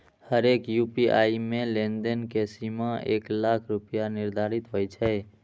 हरेक यू.पी.आई मे लेनदेन के सीमा एक लाख रुपैया निर्धारित होइ छै